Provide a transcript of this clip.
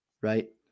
right